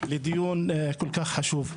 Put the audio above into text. לדיון כה חשוב.